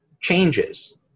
changes